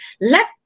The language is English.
Let